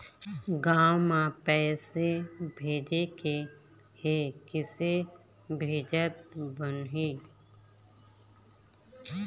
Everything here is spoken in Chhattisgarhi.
गांव म पैसे भेजेके हे, किसे भेजत बनाहि?